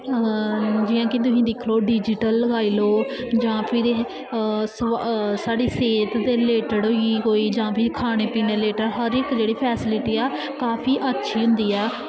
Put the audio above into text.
जियां कि तुस दिक्खी लैओ डिज़िटल लगाई लैओ जां फिर साढ़ी सेह्त दे रिलेटिड होई जां पिर खानें पीनें दे रिलेटिड जेह्ड़ी फैसिलिटी ऐ काफी अच्छी होंदी ऐ